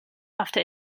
after